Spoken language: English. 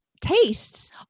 tastes